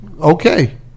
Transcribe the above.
okay